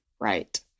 Right